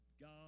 God